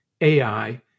AI